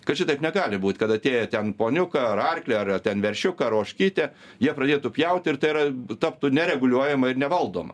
kad šitaip negali būt kad atėję ten poniuką ar arklį ar ten veršiuką ar ožkytę jie pradėtų pjaut ir tai yra taptų nereguliuojama ir nevaldoma